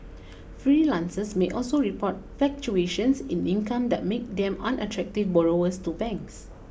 freelancers may also report fluctuations in income that make them unattractive borrowers to banks